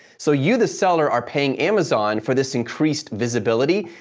so you, the seller are paying amazon for this increased visibility,